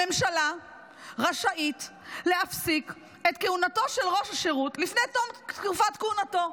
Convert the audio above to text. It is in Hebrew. הממשלה רשאית להפסיק את כהונתו של ראש השירות לפני תום תקופת כהונתו.